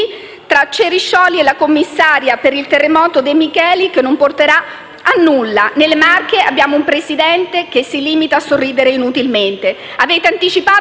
tra Ceriscioli e la commissaria per il terremoto De Micheli, che non porterà a nulla. Nelle Marche abbiamo un Presidente che si limita a sorridere inutilmente.